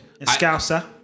Scouser